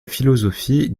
philosophie